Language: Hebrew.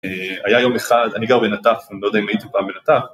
היה יום אחד, אני גר בנתף, אני לא יודע אם הייתם פעם בנתף